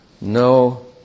No